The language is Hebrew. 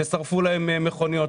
ששרפו לה מכונית,